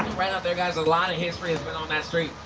right out there, guys, a lot of history has been on that street,